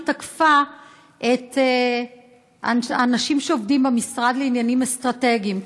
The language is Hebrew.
ושם היא תקפה את האנשים שעובדים במשרד לעניינים אסטרטגיים,